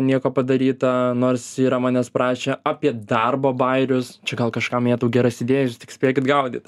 nieko padaryta nors yra manęs prašę apie darbo bajerius čia gal kažkam mėtau geras idėjas ir tik spėkit gaudyt